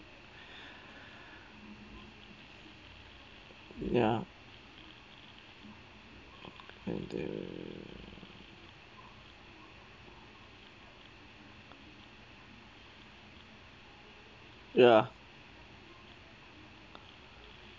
ya and there were ya